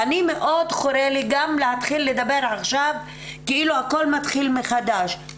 מאוד חורה לי גם להתחיל לדבר עכשיו כאילו הכל מתחיל מחדש.